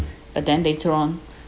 but then later on